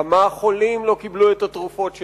כמה חולים לא קיבלו את התרופות שלהם,